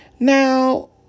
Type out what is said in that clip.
Now